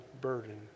burden